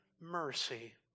mercy